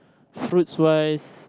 fruits wise